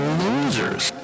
losers